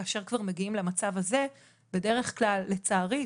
כאשר כבר מגיעים למצב הזה בדרך כלל לצערי,